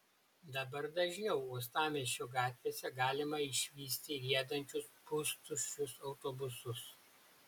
dabar dažniau uostamiesčio gatvėse galima išvysti riedančius pustuščius autobusus